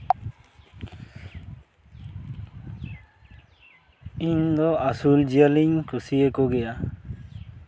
ᱤᱧ ᱫᱚ ᱟᱹᱥᱩᱞ ᱡᱤᱭᱟᱹᱞᱤᱧ ᱠᱩᱥᱤᱭᱟᱠᱚ ᱜᱮᱭᱟ